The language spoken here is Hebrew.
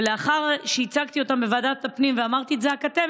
ולאחר שייצגתי אותן בוועדת הפנים ואמרתי את זעקתן,